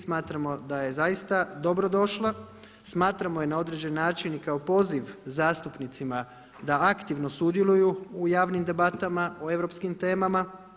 Smatramo da je zaista dobro došla, smatramo je na određeni način i kako poziv zastupnicima da aktivno sudjeluju u javnim debatama o europskim temama.